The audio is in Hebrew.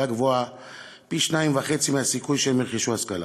גבוהה הוא פי-2.5 מהסיכוי שהם ירכשו השכלה.